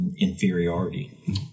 inferiority